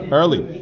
early